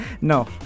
No